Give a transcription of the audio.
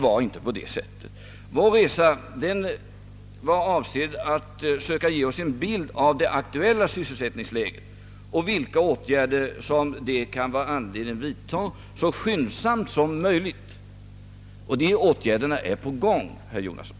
Vår resa var avsedd att ge oss en bild av det aktuella sysselsättningsläget och vilka åtgärder som det kan vara anledning vidta så skyndsamt som möjligt. De åtgärderna är på gång, herr Jonasson.